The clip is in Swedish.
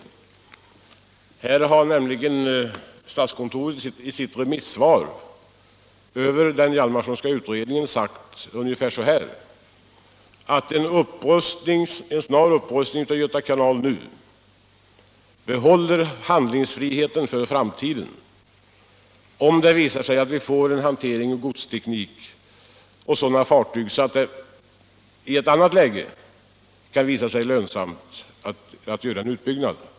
Statskontoret har nämligen i sitt remissvar över den Hjalmarsonska utredningen sagt ungefär så här: En snar upprustning av Göta kanal nu bevarar handlingsfriheten för framtiden om det visar sig att vi får en sådan godshanteringsteknik och sådana fartyg att det i ett annat läge kan bli lönsamt att göra en utbyggnad.